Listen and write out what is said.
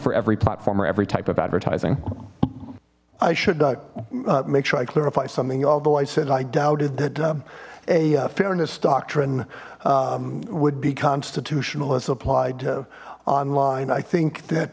for every platform or every type of advertising i should not make sure i clarify something although i said i doubted that a fairness doctrine would be constitutional as applied to online i think that